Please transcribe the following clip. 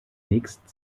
nächsten